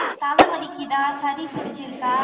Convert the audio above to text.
தலை வலிக்கிறதா சளி பிடிச்சிருக்கா